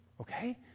Okay